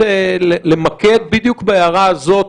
למקד בדיוק בהערה הזאת,